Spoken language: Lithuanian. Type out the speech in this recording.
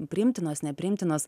priimtinos nepriimtinos